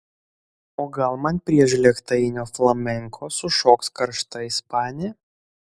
o gal man prie žlėgtainio flamenko sušoks karšta ispanė